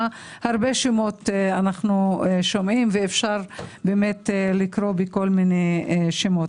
הרבה שמות אנחנו שומעים ואפשר לקרוא בכל מיני שמות.